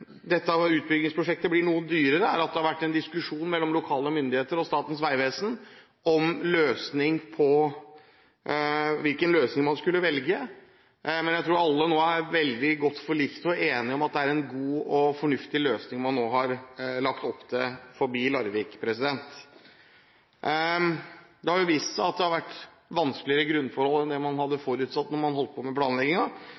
dette utbyggingsprosjektet blir noe dyrere, er at det har vært en diskusjon mellom lokale myndigheter og Statens vegvesen om hvilken løsning man skulle velge. Men jeg tror alle nå er veldig godt forlikte og enige om at det er en god og fornuftig løsning man nå har lagt opp til forbi Larvik. Det har vist seg at det har vært vanskeligere grunnforhold enn det man hadde